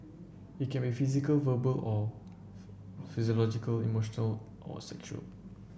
it can be physical verbal or psychological emotional or sexual